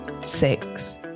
Six